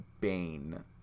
Bane